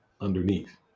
underneath